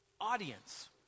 audience